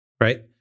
right